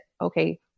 okay